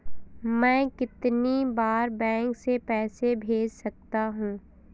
मैं कितनी बार बैंक से पैसे भेज सकता हूँ?